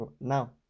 now